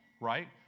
right